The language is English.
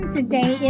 Today